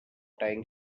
tying